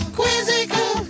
quizzical